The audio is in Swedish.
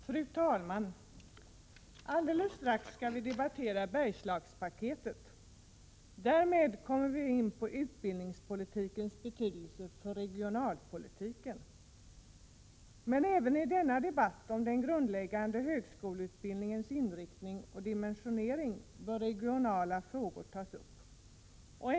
Fru talman! Alldeles strax skall vi debattera Bergslagspaketet. Därmed kommer vi in på utbildningspolitikens betydelse för regionalpolitiken. Även i denna debatt om den grundläggande högskoleutbildningens inriktning och dimensionering bör regionala frågor tas upp till behandling.